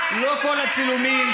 זווית אתה יכול לצלם,